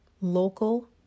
local